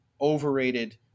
overrated